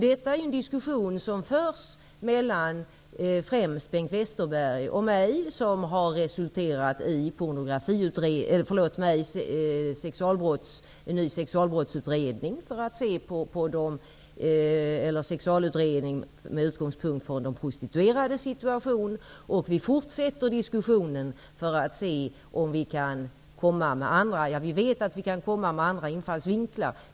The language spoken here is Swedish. Detta är en diskussion som förs mellan främst Bengt Westerberg och mig. Det har resulterat i en ny sexualutredning med utgångspunkt från de prostituerades situation. Vi fortsätter diskussionen, eftersom vi vet att vi kan få andra infallsvinklar.